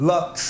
Lux